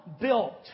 built